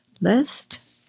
list